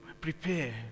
prepare